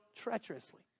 treacherously